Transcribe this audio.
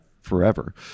forever